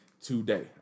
today